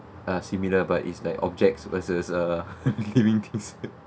ah similar but it's like objects versus uh living things